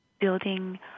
building